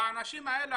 האנשים האלה,